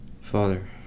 Father